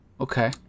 okay